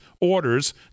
orders